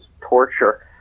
torture